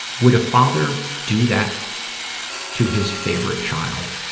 would a father do that to his favorite child?